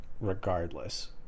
regardless